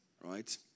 right